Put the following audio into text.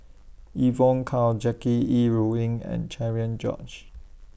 Evon Kow Jackie Yi Ru Ying and Cherian George